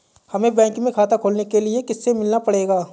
हमे बैंक में खाता खोलने के लिए किससे मिलना पड़ेगा?